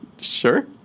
Sure